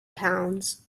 pounds